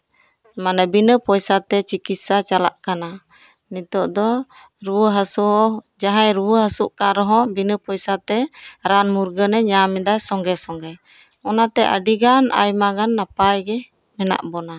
ᱢᱟᱱᱮ ᱵᱤᱱᱟᱹ ᱯᱚᱭᱥᱟ ᱛᱮ ᱪᱤᱠᱤᱛᱥᱟ ᱪᱟᱞᱟᱜ ᱠᱟᱱᱟ ᱱᱤᱛᱳᱜ ᱫᱚ ᱨᱩᱣᱟᱹ ᱦᱟᱥᱩ ᱦᱚᱸ ᱫᱟᱦᱟᱸᱭᱮ ᱨᱩᱣᱟᱹ ᱦᱟᱥᱩᱜ ᱠᱟᱱ ᱨᱮᱦᱚᱸ ᱵᱤᱱᱟᱹ ᱯᱚᱭᱥᱟᱛᱮ ᱨᱟᱱ ᱢᱩᱨᱜᱟᱹᱱᱮ ᱧᱟᱢᱮᱫᱟ ᱥᱚᱸᱜᱮ ᱥᱚᱸᱜᱮ ᱚᱱᱟᱛᱮ ᱟᱹᱰᱤ ᱜᱟᱱ ᱟᱭᱢᱟ ᱜᱟᱱ ᱱᱟᱯᱟᱭ ᱜᱮ ᱢᱮᱱᱟᱜ ᱵᱚᱱᱟ